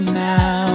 now